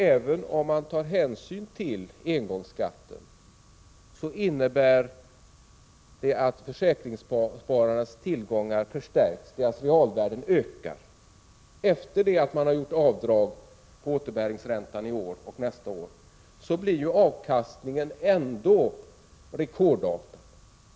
Även om hänsyn tas till engångsskatten förstärks försäkringsspararnas tillgångar; deras realvärde ökar. Efter det att avdrag har gjorts på återbäringsräntan i år och nästa år blir avkastningen ändå rekordartad.